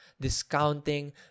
discounting